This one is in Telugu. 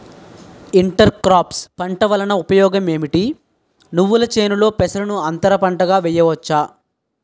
ఇంటర్ క్రోఫ్స్ పంట వలన ఉపయోగం ఏమిటి? నువ్వుల చేనులో పెసరను అంతర పంటగా వేయవచ్చా?